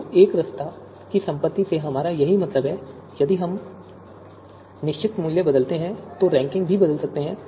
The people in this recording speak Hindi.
तो एकरसता की संपत्ति से हमारा यही मतलब है कि यदि हम एक निश्चित मूल्य बदलते हैं तो रैंकिंग बदल सकती है